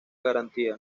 garantía